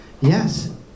yes